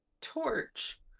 torch